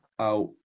out